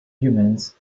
humans